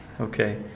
Okay